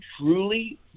truly